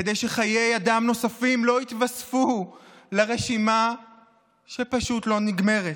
כדי שחיי אדם נוספים לא יתווספו לרשימה שפשוט לא נגמרת.